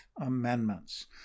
Amendments